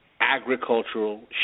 agricultural